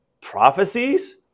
prophecies